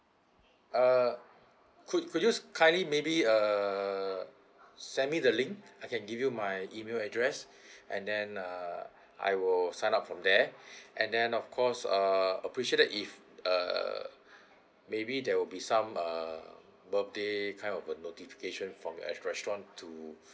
uh could could you kindly maybe err send me the link I can give you my email address and then err I will sign up from there and then of course err appreciate that if err maybe there will be some err birthday kind of a notification from your your restaurant to